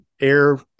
air